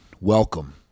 welcome